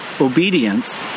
obedience